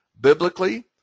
Biblically